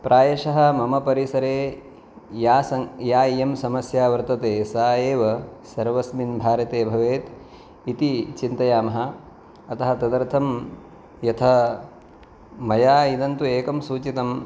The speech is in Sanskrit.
प्रायशः मम परिसरे या स इयं समस्या वर्तते सा एव सर्वस्मिन् भारते भवेत् इति चिन्तयामः अतः तदर्थं यथा मया इदं तु एकं सूचितम्